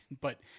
but-